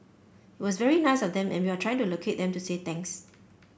it was very nice of them and we are trying to locate them to say thanks